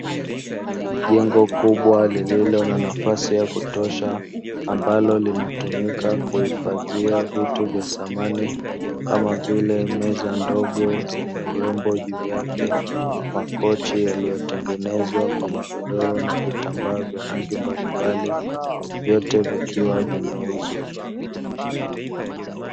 Jengo kubwa lililo na nafasi ya kutosha ambalo linatumika kuhifadhia vitu vya samani kama vile meza ndogo zenye urembo juu yake, makochi yaliyotengenezwa kwa magodoro na vitambaa vya rangi mbalimbali vyote vikiwa vinauzwa.